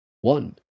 One